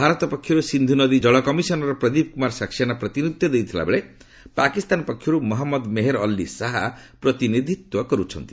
ଭାରତ ପକ୍ଷରୁ ସିନ୍ଧୁ ନଦୀ ଜଳ କମିଶନର ପ୍ରଦୀପ କୁମାର ସକ୍ସେନା ପ୍ରତିନିଧିତ୍ୱ କରୁଥିବା ବେଳେ ପାକିସ୍ତାନ ପକ୍ଷରୁ ମହମ୍ମଦ ମେହେର ଅଲ୍ଲୀ ସାହା ପ୍ରତିନିଧିତ୍ୱ କରୁଛନ୍ତି